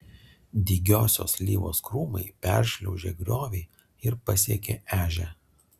dygiosios slyvos krūmai peršliaužė griovį ir pasiekė ežią